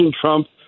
Trump